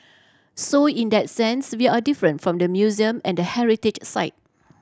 so in that sense we are different from the museum and the heritage site